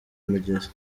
mugezi